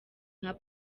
nka